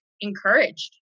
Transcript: encouraged